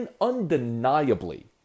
undeniably